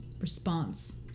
response